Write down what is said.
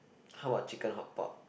how about chicken hotpot